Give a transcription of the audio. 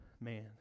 man